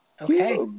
okay